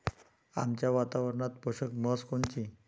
आमच्या वातावरनात पोषक म्हस कोनची?